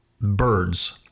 birds